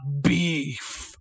beef